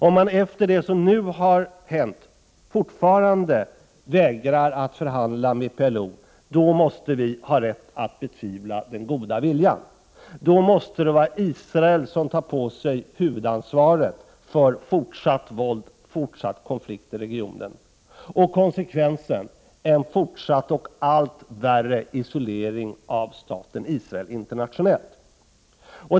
Om man efter det som nu har hänt fortfarande vägrar att förhandla med PLO, då måste vi ha rätt att betvivla den goda viljan, och då måste det vara Israel som tar på sig huvudansvaret för fortsatt våld och fortsatt konflikt i regionen samt för konsekvensen fortsatt och allt värre isolering av staten Israel internationellt.